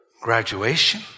graduation